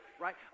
right